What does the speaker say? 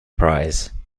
prize